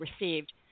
received